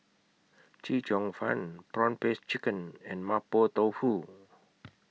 Chee Cheong Fun Prawn Paste Chicken and Mapo Tofu